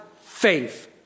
faith